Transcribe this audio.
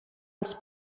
els